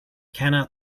cannot